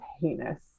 heinous